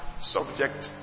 subject